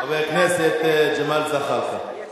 חבר הכנסת ג'מאל זחאלקה.